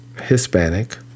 Hispanic